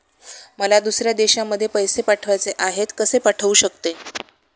मला दुसऱ्या देशामध्ये पैसे पाठवायचे आहेत कसे पाठवू शकते?